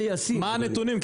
מה הנתונים,